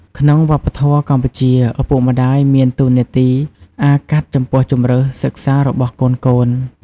ក្នុងវប្បធម៌កម្ពុជា ឪពុកម្ដាយមានតួនាទីអាកាត់ចំពោះជម្រើសសិក្សារបស់កូនៗ។